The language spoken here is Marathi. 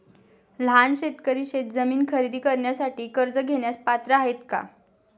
लहान शेतकरी शेतजमीन खरेदी करण्यासाठी कर्ज घेण्यास पात्र आहेत का?